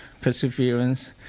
perseverance